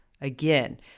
again